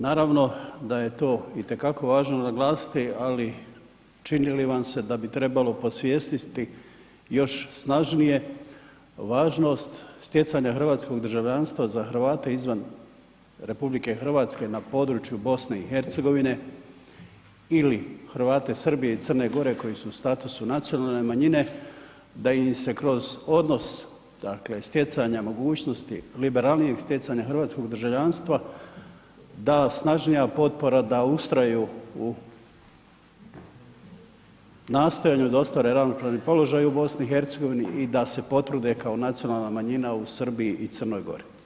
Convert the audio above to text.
Naravno da je to i te kako važno naglasiti ali čini li vam se da bi trebalo posvjestiti još snažnije važnost stjecanja hrvatskog državljanstva za Hrvate izvan RH na području BiH ili Hrvate Srbije ili Crne Gore koji su u statusu nacionalne manjine da im se kroz odnos dakle stjecanja mogućosti, liberalnijeg stjecanja hrvatskog državljanstva da snažnija potpora da ustraju u nastojanju da ostvare ravnopravni položaj u BiH i da se potrude kao nacionalna manjina u Srbiji i Crnoj Gori.